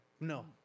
No